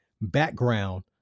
background